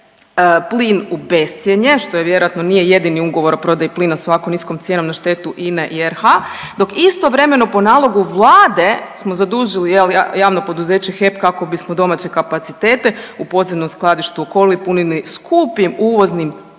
plin u bescjenje, što vjerojatno nije jedini ugovor o prodaji plina s ovako niskom cijenom na štetu INA-e i RH, dok istovremeno po nalogu Vlade smo zadužili, je li javno poduzeće HEP kako bismo domaće kapacitete u podzemnom skladištu Okoli punili skupim uvoznim